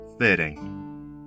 Fitting